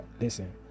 Listen